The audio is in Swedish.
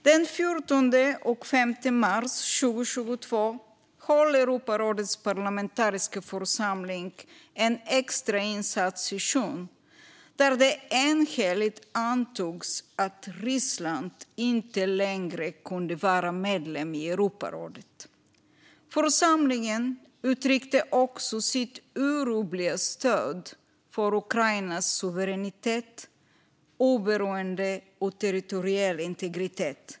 Den 14 och 15 mars 2022 höll Europarådets parlamentariska församling en extrainsatt session där det enhälligt antogs att Ryssland inte längre kunde vara medlem i Europarådet. Församlingen uttryckte också sitt orubbliga stöd för Ukrainas suveränitet, oberoende och territoriella integritet.